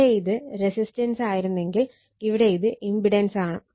അവിടെ അത് റെസിസ്റ്റൻസ് ആയിരുന്നെങ്കിൽ ഇവിടെ ഇത് ഇമ്പിടൻസ് ആണ്